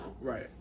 right